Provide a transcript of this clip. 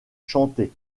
chantées